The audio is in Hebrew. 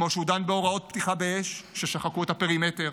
כמו שהוא דן בהוראות פתיחה באש ששחקו את הפרימטר,